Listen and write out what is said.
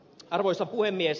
arvoisa puhemies